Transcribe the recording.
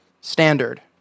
Standard